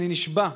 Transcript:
אני נשבע,